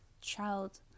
child